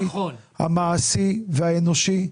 המעשי והאנושי.